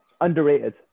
underrated